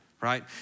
right